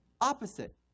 Opposite